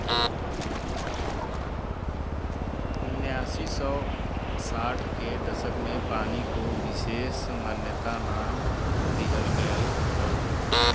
उन्नीस सौ साठ के दसक में पानी को विसेस मान्यता ना दिहल गयल रहल